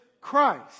Christ